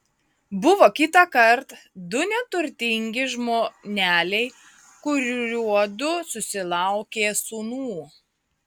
buvo kitąkart du neturtingi žmoneliai kuriuodu susilaukė sūnų